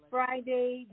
Friday